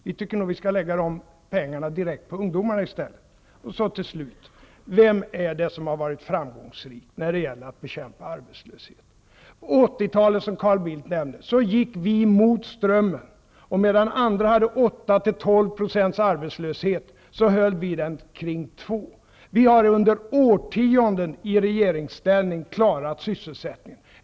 Vi tycker att dessa pengar bör satsas direkt på ungdomarna i stället. Till slut! Vilka är det som har varit framgångsrika när det gäller att bekämpa arbetslöshet? Under 80 talet, som Carl BildT nämnde, gick vi mot strömmen. När andra länder hade 8--12 % arbetslöshet höll vi den kring 2 %. Under årtionden har vi i regeringsställning klarat sysselsättningen.